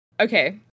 Okay